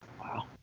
Wow